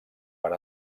per